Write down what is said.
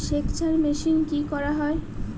সেকচার মেশিন কি করা হয়?